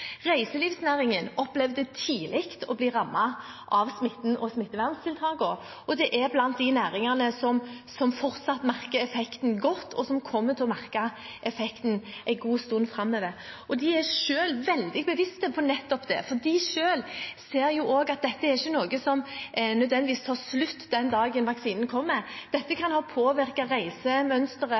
Reiselivsnæringen opplevde tidlig å bli rammet av smitten og smitteverntiltakene og er blant de næringene som fortsatt merker effekten godt, og som kommer til å merke effekten en god stund framover. De er selv veldig bevisste på nettopp det, for de ser jo selv at dette ikke er noe som nødvendigvis tar slutt den dagen vaksinen kommer. Dette kan